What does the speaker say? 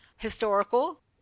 historical